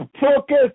Focus